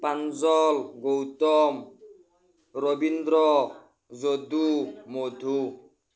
Panjal Gautam Rabindra Jadu Madhu